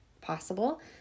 possible